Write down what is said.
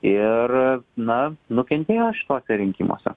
ir na nukentėjo šituose rinkimuose